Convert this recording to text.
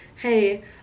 hey